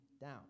down